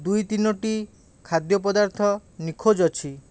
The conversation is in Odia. ଦୁଇତିନୋଟି ଖାଦ୍ୟପଦାର୍ଥ ନିଖୋଜ ଅଛି